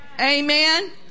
Amen